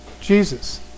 Jesus